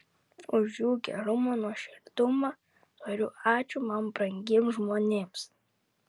už jų gerumą nuoširdumą tariu ačiū man brangiems žmonėms